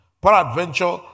Peradventure